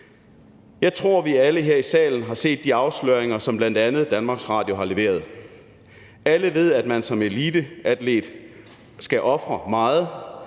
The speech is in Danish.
Jeg tror, at vi alle her i salen har set de afsløringer, som bl.a. Danmarks Radio har leveret. Alle ved, at man som eliteatlet skal ofre meget,